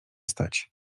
stać